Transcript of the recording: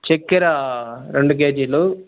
చక్కెర రెండు కేజీలు